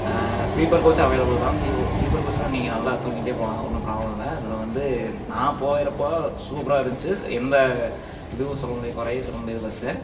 sleeper கோச்சும் available தான் ஸ்லீ ஸ்லீப்பர் கோச்சில் நீங்கள் நல்லா தூங்கிட்டே போகலாம் ஒன்றும் பிராப்ளம் இல்லை அதில் வந்து நான் போகிறப்ப சூப்பராக இருந்துச்சு எந்த இதுவும் சொல்ல முடியாது குறையே சொல்ல முடியாது பஸ்ஸை